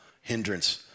Hindrance